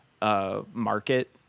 market